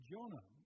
Jonah